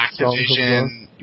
Activision